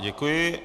Děkuji.